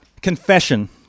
Confession